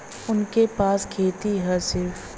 उनके पास खेती हैं सिर्फ